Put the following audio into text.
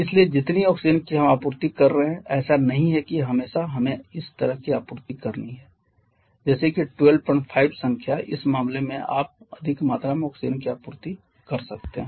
इसलिए जितनी ऑक्सीजन की हम आपूर्ति कर रहे हैं ऐसा नहीं है कि हमेशा हमें इस तरह की आपूर्ति करनी है जैसे कि 125 संख्या इस मामले में आप अधिक मात्रा में ऑक्सीजन की आपूर्ति कर सकते हैं